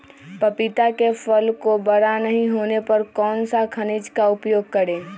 पपीता के फल को बड़ा नहीं होने पर कौन सा खनिज का उपयोग करें?